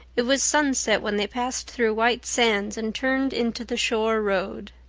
it was sunset when they passed through white sands and turned into the shore road.